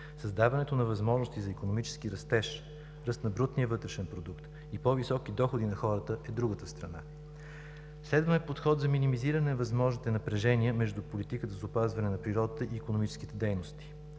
Създаването на възможности за икономически растеж, ръст на брутния вътрешен продукт и по високи доходи на хората е другата страна. Следваме подход за минимизиране на възможните напрежения между политиката за опазване на природата и икономическите дейности